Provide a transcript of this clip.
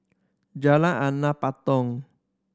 Jalan Anak Patong